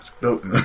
dope